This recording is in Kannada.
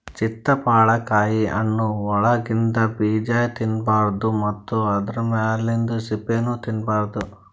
ಚಿತ್ತಪಳಕಾಯಿ ಹಣ್ಣ್ ಒಳಗಿಂದ ಬೀಜಾ ತಿನ್ನಬಾರ್ದು ಮತ್ತ್ ಆದ್ರ ಮ್ಯಾಲಿಂದ್ ಸಿಪ್ಪಿನೂ ತಿನ್ನಬಾರ್ದು